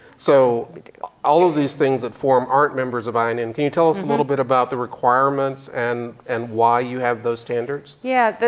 so all of these things that, for em, aren't members of i mean inn, can you tell us a little bit about the requirements and and why you have those standards. yeah,